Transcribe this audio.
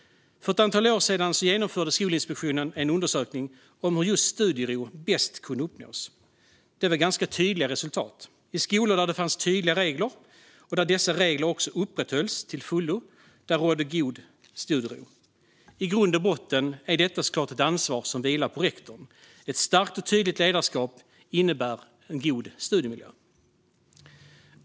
För ett antal år sedan genomförde Skolinspektionen en undersökning om hur just studiero bäst kunde uppnås. Det var ganska tydliga resultat. I skolor där det fanns tydliga regler och där dessa regler till fullo upprätthölls rådde god studiero. I grund och botten är detta ett ansvar som vilar på rektorn. Ett starkt och tydligt ledarskap innebär en god studiemiljö.